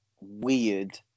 weird